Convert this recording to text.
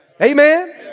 Amen